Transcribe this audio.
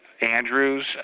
Andrews